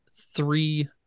three